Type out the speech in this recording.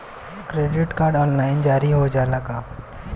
Credit card online जारी हो जाला का?